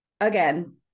again